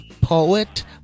poet